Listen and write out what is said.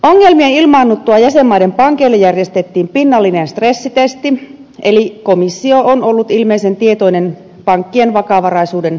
ongelmien ilmaannuttua jäsenmaiden pankeille järjestettiin pinnallinen stressitesti eli komissio on ollut ilmeisen tietoinen pankkien vakavaraisuuden riittämättömyydestä